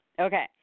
okay